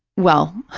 well,